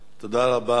תודה רבה.